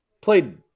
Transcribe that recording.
played